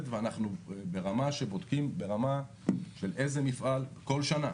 ואנחנו בודקים ברמה של איזה מפעל כל שנה